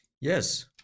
yes